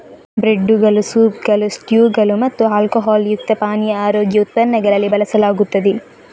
ಬ್ರೆಡ್ದುಗಳು, ಸೂಪ್ಗಳು, ಸ್ಟ್ಯೂಗಳು ಮತ್ತು ಆಲ್ಕೊಹಾಲ್ ಯುಕ್ತ ಪಾನೀಯ ಆರೋಗ್ಯ ಉತ್ಪನ್ನಗಳಲ್ಲಿ ಬಳಸಲಾಗುತ್ತದೆ